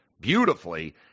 beautifully